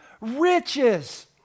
riches